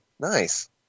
nice